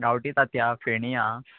गांवठी तातयां फेणी हा